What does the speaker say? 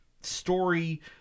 Story